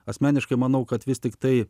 asmeniškai manau kad vis tiktai